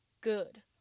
good